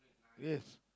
yes